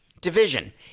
division